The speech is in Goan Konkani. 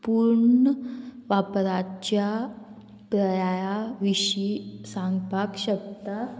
पूर्ण वापराच्या प्राया विशीं सांगपाक शकता